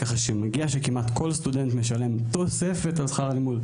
כך שכמעט כל סטודנט משלם תוספת על שכר הלימוד,